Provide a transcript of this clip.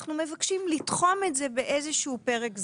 ואנחנו מבקשים לתחום את זה באיזה שהוא פרק זמן.